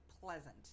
pleasant